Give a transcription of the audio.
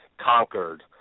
conquered